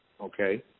okay